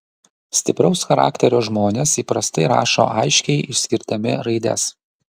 stipraus charakterio žmonės įprastai rašo aiškiai išskirdami raides